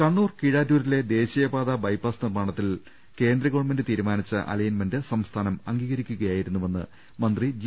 കണ്ണൂർ കീഴാറ്റൂരിലെ ദേശീയപാത ബൈപ്പാസ് നിർമ്മാണത്തിൽ കേന്ദ്രഗവൺമെന്റ് തീരുമാനിച്ച അലൈൻമെന്റ് സംസ്ഥാനം അംഗീ കരിക്കുകയായിരുന്നുവെന്ന് മന്ത്രി ജി